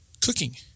Cooking